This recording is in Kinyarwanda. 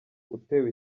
utewe